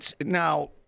Now